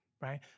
right